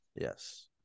Yes